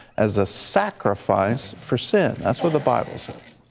as a sacrifice for sin, that's what the bible says.